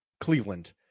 Cleveland